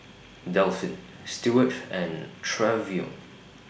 Delphin Steward and Trevion